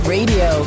Radio